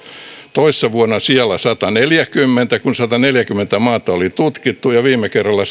toissa vuonna sijalla sataneljäkymmentä kun sataneljäkymmentä maata oli tutkittu ja viime kerralla